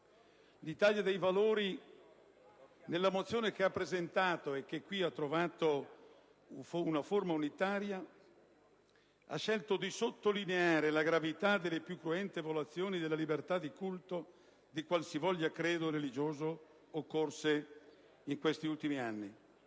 L'Italia dei Valori, nella mozione che ha presentato e, poi confluita in un documento unitario, ha scelto di sottolineare la gravità delle più cruente violazioni della libertà di culto, di qualsivoglia credo religioso, occorse in questi ultimi anni.